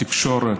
בתקשורת.